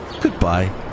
Goodbye